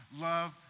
Love